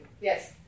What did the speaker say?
yes